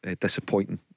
disappointing